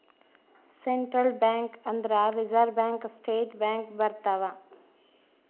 central bank ಅಂದ್ರ reserve bank state bank ಬರ್ತವ